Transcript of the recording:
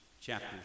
chapter